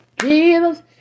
Jesus